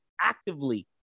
actively